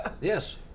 Yes